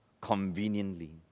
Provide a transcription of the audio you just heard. conveniently